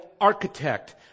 architect